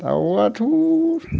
दाउआथ'